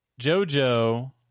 Jojo